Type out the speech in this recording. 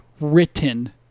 written